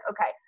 okay